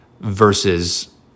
versus